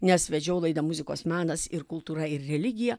nes vedžiau laidą muzikos menas ir kultūra ir religija